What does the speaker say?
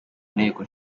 nteko